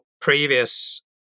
previous